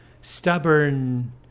stubborn